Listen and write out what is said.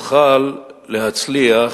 תוכל להצליח